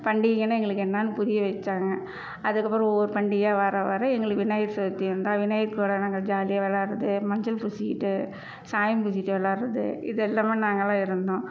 பண்டிகைனால் எங்களுக்கு என்னதுனு புரிய வச்சாங்க அதுக்கப்புறம் ஒவ்வொரு பண்டிகையாக வர வர எங்களுக்கு விநாயகர் சதுர்த்தி வந்தால் விநாயகர் கூட நாங்கள் ஜாலியாக விளையாடுறது மஞ்சள் பூசிகிட்டு சாயம் பூசிவிட்டு விளையாடுறது இது எல்லாமே நாங்கள்லாம் இருந்தோம்